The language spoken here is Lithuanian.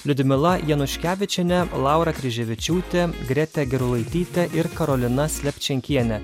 liudmila januškevičienė laura kryževičiūtė gretė gerulaitytė ir karolina slepčenkienė